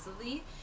easily